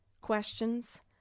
questions